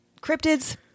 Cryptids